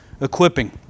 equipping